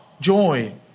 joy